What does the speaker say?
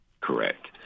correct